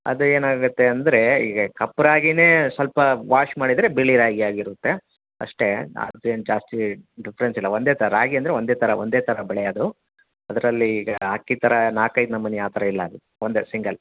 ಅದು ಏನಾಗುತ್ತೆ ಅಂದರೆ ಈಗ ಕಪ್ಪು ರಾಗಿಯೇ ಸ್ವಲ್ಪ ವಾಷ್ ಮಾಡಿದರೆ ಬಿಳಿ ರಾಗಿ ಆಗಿರುತ್ತೆ ಅಷ್ಟೇ ಅದೇನು ಜಾಸ್ತಿ ಡಿಪ್ರೆನ್ಸ್ ಇಲ್ಲ ಒಂದೇ ಥರ ರಾಗಿ ಅಂದರೆ ಒಂದೇ ಥರ ಒಂದೇ ಥರ ಬೆಳೆ ಅದು ಅದರಲ್ಲಿ ಈಗ ಅಕ್ಕಿ ಥರ ನಾಲ್ಕೈದು ನಮ್ನೆ ಆ ಥರ ಇಲ್ಲ ಅಲ್ಲಿ ಒಂದೇ ಸಿಂಗಲ್